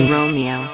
Romeo